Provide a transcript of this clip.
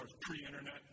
pre-internet